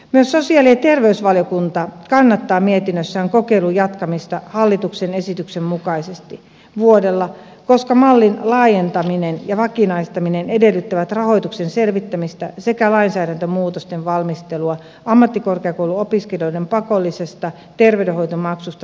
myös sosiaali ja terveysvaliokunta kannattaa mietinnössään kokeilun jatkamista hallituksen esityksen mukaisesti vuodella koska mallin laajentaminen ja vakinaistaminen edellyttävät rahoituksen selvittämistä sekä lainsäädäntömuutosten valmistelua ammattikorkeakouluopiskelijoiden pakollisesta terveydenhoitomaksusta säätämiseksi